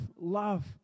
love